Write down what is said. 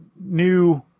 new